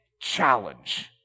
challenge